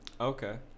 Okay